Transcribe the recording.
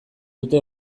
dute